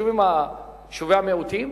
יישובי המיעוטים,